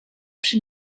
przy